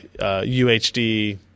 UHD